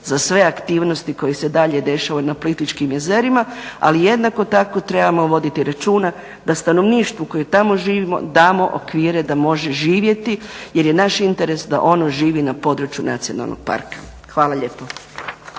za sve aktivnosti koje se dalje dešava na Plitvičkim jezerima, ali jednako tako trebamo voditi računa da stanovništvu koje tamo živi damo okvire da može živjeti jer je naš interes da ono živi na području nacionalnog parka. Hvala lijepo.